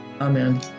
Amen